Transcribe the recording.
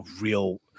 real